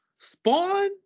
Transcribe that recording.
Spawn